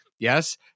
Yes